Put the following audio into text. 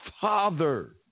father